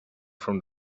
from